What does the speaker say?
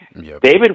David